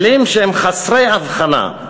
כלים שהם חסרי הבחנה,